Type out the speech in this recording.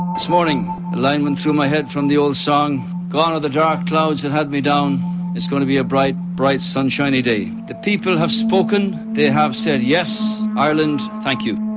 this morning a line went through my head from the old song gone are the dark clouds that had me down it's going to be a bright, bright, sunshiny day. the people have spoken. they have said yes. ireland thank you.